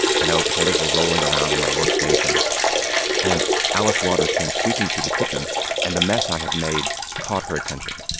you know potatoes were rolling around on my workstation and alice waters came sweeping through the kitchen and the mess i had made caught her attention.